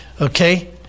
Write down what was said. Okay